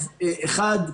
אז אחד,